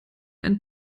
einen